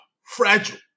fragile